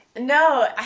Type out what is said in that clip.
No